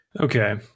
Okay